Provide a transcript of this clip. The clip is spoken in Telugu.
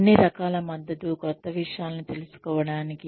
అన్ని రకాల మద్దతు క్రొత్త విషయాలను తెలుసుకోవడానికి